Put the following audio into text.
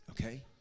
Okay